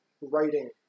writing